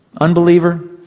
Unbeliever